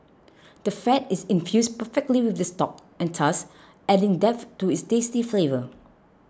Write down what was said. the fat is infused perfectly with the stock and thus adding depth to its tasty flavour